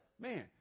Man